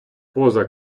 поза